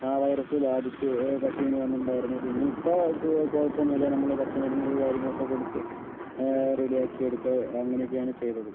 ആ വൈറസ് ബാധിച്ച് പശുവിന് വന്നിട്ടുണ്ടായിരുന്നു പിന്നെ ഇപ്പോൾ കൂ കുഴപ്പമൊന്നുമില്ല നമ്മള് പച്ച മരുന്നുകള് കാര്യങ്ങളൊക്കെ കൊടുത്ത് റെഡിയാക്കിയെടുക അങ്ങനെയൊക്കെയാണ് ചെയ്തത്